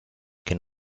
quien